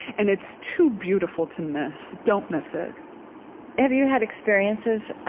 and it's too beautiful to miss. don't miss it have you had experiences,